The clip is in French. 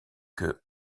que